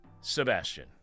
Sebastian